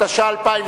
התש"ע 2009,